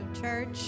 church